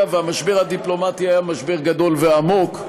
והמשבר הדיפלומטי היה משבר גדול ועמוק.